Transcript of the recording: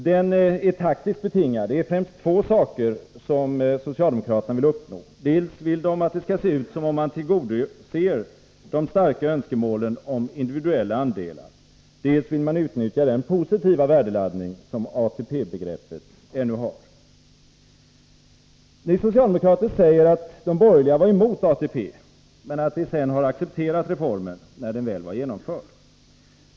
Den anknytningen är taktiskt betingad främst av två saker som socialdemokraterna vill uppnå: dels vill de att det skall se ut som om man tillgodoser de starka önskemålen om individuella andelar, dels vill man utnyttja den positiva värdeladdning som ATP-begreppet ännu har. Ni socialdemokrater säger att vi inom borgerligheten var emot ATP, men att vi sedan har accepterat reformen när den väl var genomförd.